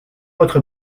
votre